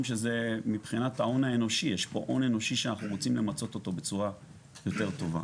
שיש פה הון אנושי שאנחנו רוצים למצות אותו בצורה יותר טובה.